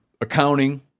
accounting